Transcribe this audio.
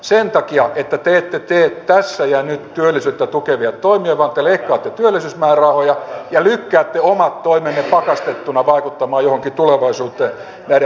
sen takia että te ette tee tässä ja nyt työllisyyttä tukevia toimia vaan te leikkaatte työllisyysmäärärahoja ja lykkäätte omat toimenne pakastettuna vaikuttamaan johonkin tulevaisuuteen näiden pakkolakien myötä